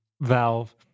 Valve